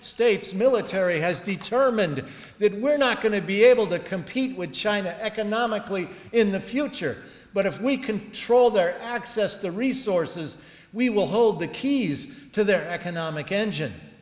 states military has determined that we're not going to be able to compete with china economically in the future but if we control their access to resources we will hold the keys to their economic engine